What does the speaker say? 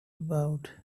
about